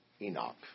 Enoch